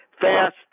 fast